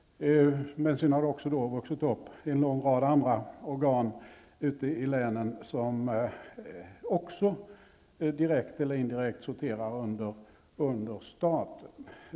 Sedan har det också vuxit upp en lång rad andra organ ute i länen som även de direkt eller indirekt sorterar under staten.